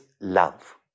love